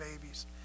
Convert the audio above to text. babies